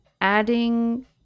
adding